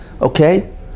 okay